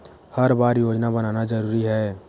हर बार योजना बनाना जरूरी है?